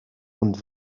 und